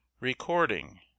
Recording